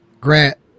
Grant